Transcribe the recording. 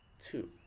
two